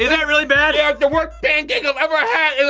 is that really bad? yeah, it's the worst pancake i've ever had!